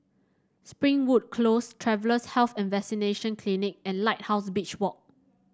Springwood Close Travellers' Health and Vaccination Clinic and Lighthouse Beach Walk